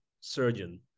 surgeon